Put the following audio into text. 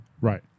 Right